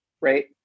right